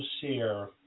share